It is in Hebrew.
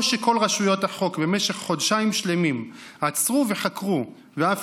או שכל רשויות החוק במשך חודשיים שלמים עצרו וחקרו ואף